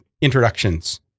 introductions